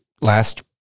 last